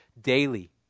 daily